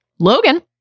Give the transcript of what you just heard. Logan